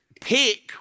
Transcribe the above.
pick